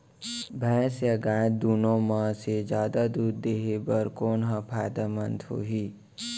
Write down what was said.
भैंस या गाय दुनो म से जादा दूध देहे बर कोन ह फायदामंद होही?